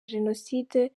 jenoside